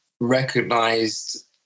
recognized